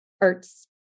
arts